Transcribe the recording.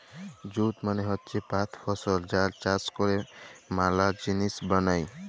jute মালে হচ্যে পাট ফসল যার চাষ ক্যরে ম্যালা জিলিস বালাই